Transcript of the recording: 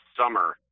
summer